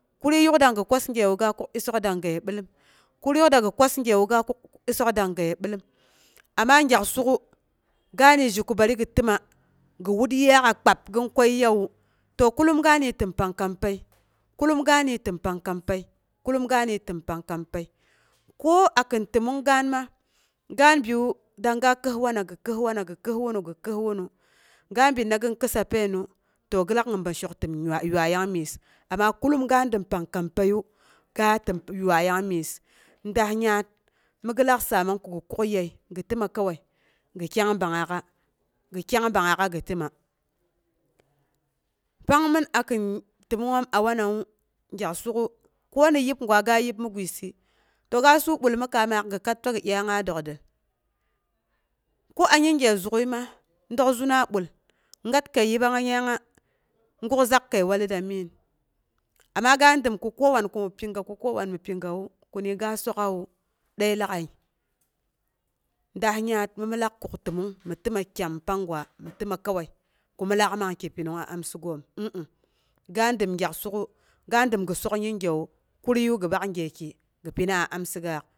Kurii yuk dang gi kwas gyewu, ga kuk isok dang-gaye bilom, kurii yuk dang gi kwas gyewu, ga kuk isok dang-gaye bilom, amma gyak suku, ga de zhe ko bari gi təma gi wat yiyaak'a kpab gin kwayiiyawe pang kampəi, kulum gade təm pang kampəi, kullum gade tɓm pang kampəi. Ko akin təmong gaan ma, ga biwu, dangnga kəos wana, gi kəos wana, gi kəos wunu, ga binna gin kəossa panginu, to gilak gin bar shok təm yuaiyang myes amma kullum ga dəm pang kampəiyu ga təm yuaiyang myes. Daas nyat migi lak saamang kogi kukyəi gi tərma kowai gi kyang ɓangngaak'a gi təma. Pang mɨn akin təmongngoom a wanawu, gyak suk'u, ko ni yib gwa ga yeb mi guisɨ to ga su bul mi kaamaak gɨ kat twagi dyangnga dokdəl. Ko a yinge zugɨaima, dək zuna bul gat kəi yiba nga dyangnga guk zak kəi wallaetra migin amma ga dəm ko kowan ko mi piga ko kowan mi pigawu, ko de ga sok'awu dai lag'at. Daah yaat mi min lak kuk təmong mi təma kyam panggira, mi təma kowai ko min laak man ki pingyak suk'u ga um um dəm gi sok yingewu, kurirya gi bak gyeki gi pina amsigaak.